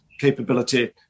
capability